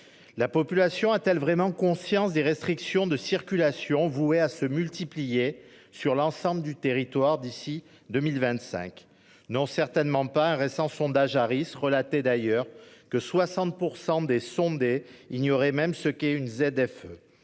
La population a-t-elle vraiment conscience des restrictions de circulation vouées à se multiplier sur l'ensemble du territoire d'ici à 2025 ? Non, certainement pas. Un récent sondage de l'institut Harris soulignait d'ailleurs que 60 % des sondés ignoraient même ce qu'était une ZFE